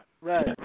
Right